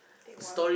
take one